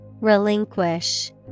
Relinquish